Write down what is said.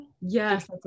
yes